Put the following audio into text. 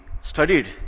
studied